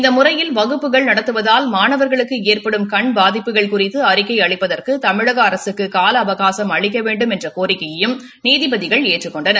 இந்த முறையில் வகுப்புகள் நடத்துவதால் மாணவாகளுக்கு ஏற்படும் கண் பாதிப்புகள் குறித்து அறிக்கை அளிப்பதற்கு தமிழக அரசுக்கு கால அவகாசம் அளிக்க வேண்டுமென்ற கோிக்கையையும் நீதிபதிகள் ஏற்றுக் கொண்டனர்